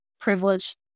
privileged